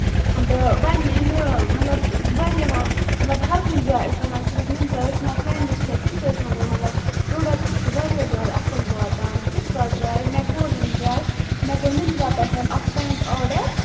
تہٕ وۄنۍ یہِ مطلب واریاہ مطلب ہر کُنہِ جایہِ ٲسۍ وَنان صرف مِنترا یُس مےٚ فرینڈٕس چھےٚ تِم تہِ ٲسۍ وَنان مطلب پروڈَکٹ چھُ واریاہ زیادٕ اَصٕل واتان ژٕ تہِ کر ٹرے مےٚ کوٚر وۄنۍ ٹرے مےٚ کوٚر مِنترا پٮ۪ٹھ اکھ پینٹ آرڈر